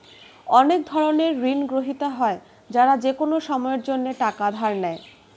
অনেক ধরনের ঋণগ্রহীতা হয় যারা যেকোনো সময়ের জন্যে টাকা ধার নেয়